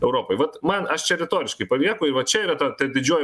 europoj vat man aš čia retoriškai palieku va čia yra ta ta didžioji